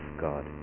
God